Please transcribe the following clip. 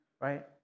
right